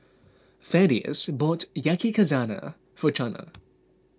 Thaddeus bought Yakizakana for Chana